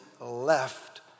left